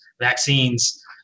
vaccines